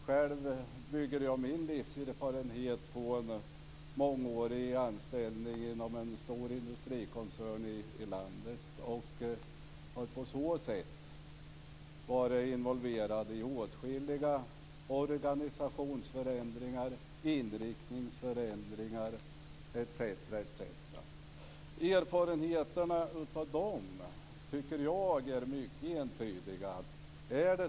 Själv bygger jag min livserfarenhet på en mångårig anställning inom en stor industrikoncern i landet. Jag har på så sätt varit involverad i åtskilliga organisationsförändringar, inriktningsförändringar etc. Erfarenheterna av dem tycker jag är mycket entydiga.